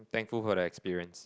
thankful for the experience